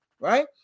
Right